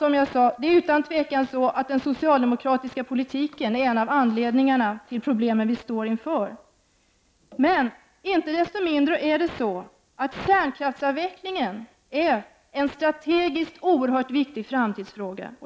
Som jag sade är utan tvekan den socialdemokratiska politiken en av anledningarna till de problem vi står inför. Men inte desto mindre är kärnkraftsavvecklingen en strategiskt oerhört viktig framtidsfråga.